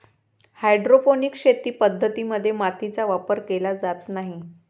hydroponic शेती पद्धतीं मध्ये मातीचा वापर केला जात नाही